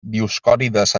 dioscòrides